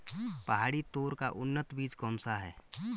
पहाड़ी तोर का उन्नत बीज कौन सा है?